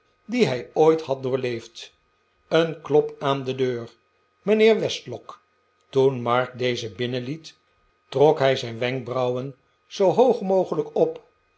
die hij ooit had doorleefd een klop aan de deur mijnheer westlock toen mark dezen binnenliet trok hij m i m groote bijeenkomst zijn wenkbrauwen zoo hoog mogelijk op